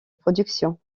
productions